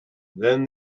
then